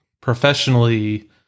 professionally